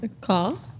call